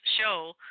show